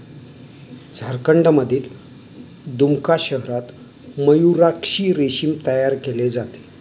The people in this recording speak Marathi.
झारखंडमधील दुमका शहरात मयूराक्षी रेशीम तयार केले जाते